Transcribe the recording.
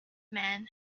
man